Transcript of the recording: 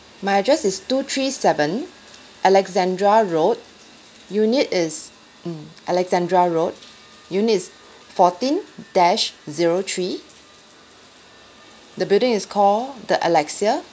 my address is two three seven alexandra road unit is mm alexandra road unit is fourteen dash zero three the building is call the alexia